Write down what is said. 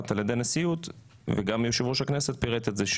על-ידי הנשיאות וגם יושב-ראש הכנסת פירט את זה,